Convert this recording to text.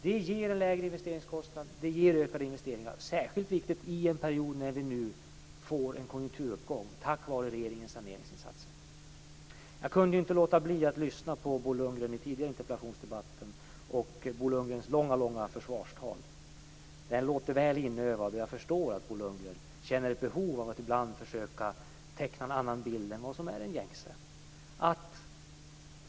Det ger en lägre investeringskostnad, och det ger ökade investeringar. Detta är särskilt viktigt i en period då vi får en konjunkturuppgång tack vare regeringens saneringsinsatser. Jag kunde inte låta bli att lyssna på Bo Lundgren i den tidigare interpellationsdebatten. Jag lyssnade på Bo Lundgrens långa försvarstal. Det låter väl inövat, och jag förstår att Bo Lundgren känner ett behov av att ibland försöka teckna en annan bild än den gängse.